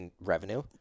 revenue